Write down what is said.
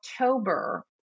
October